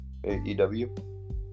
AEW